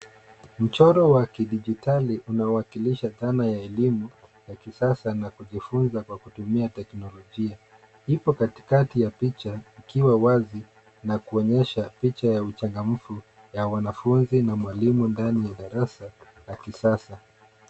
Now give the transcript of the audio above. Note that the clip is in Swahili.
Mchoro wa kidijitali unawakilisha dhana ya elimu ya kisasa na kujifunza kwa kutumia teknolojia. Ipo katikati ya picha ikiwa wazi na kuonyesha picha ya uchangamfu ya wanafunzi na mwalimu ndani ya darasa.